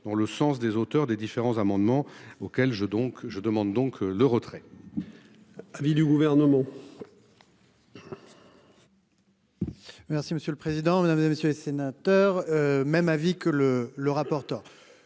dans le sens des auteurs des différents amendements auxquels je donc je demande donc le retrait.--